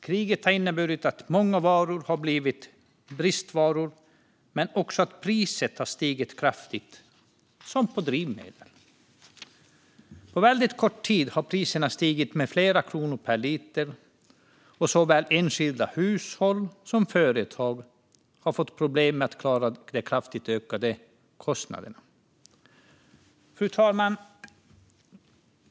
Kriget har inneburit att många varor har blivit bristvaror men också att priser har stigit kraftigt, som på drivmedel. På väldigt kort tid har priserna stigit med flera kronor per liter, och såväl enskilda hushåll som företag har fått problem med att klara de kraftigt ökade kostnaderna. Fru talman!